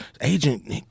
agent